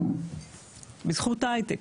בזכות ההי-טק.